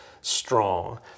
strong